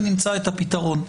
ונמצא את הפתרון.